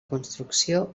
construcció